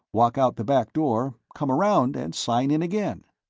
walk out the back door, come around and sign in again.